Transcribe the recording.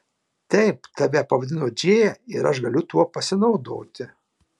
taip tave pavadino džėja ir aš galiu tuo pasinaudoti